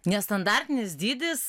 nestandartinis dydis